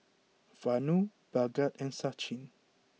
Vanu Bhagat and Sachin